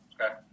Okay